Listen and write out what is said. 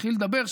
התחיל לדבר,